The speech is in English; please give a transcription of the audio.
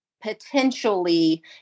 potentially